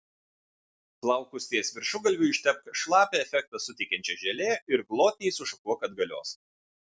plaukus ties viršugalviu ištepk šlapią efektą suteikiančia želė ir glotniai sušukuok atgalios